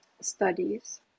studies